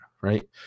Right